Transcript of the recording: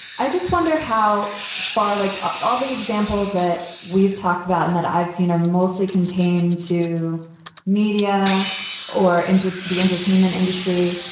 i just wonder how far, like ah all the examples that we've talked about in that i've seen are mostly contained to media or into the entertainment industry.